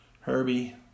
Herbie